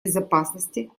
безопасности